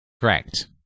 Correct